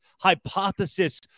Hypothesis